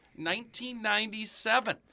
1997